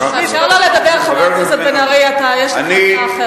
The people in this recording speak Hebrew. תאפשר לו לדבר, חבר הכנסת בן-ארי, יש לך דעה אחרת.